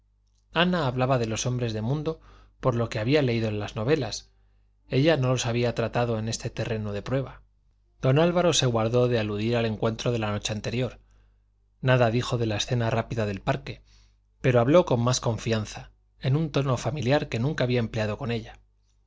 ana hablaba de los hombres de mundo por lo que había leído en las novelas ella no los había tratado en este terreno de prueba don álvaro se guardó de aludir al encuentro de la noche anterior nada dijo de la escena rápida del parque pero habló con más confianza en un tono familiar que nunca había empleado con ella